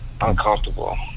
uncomfortable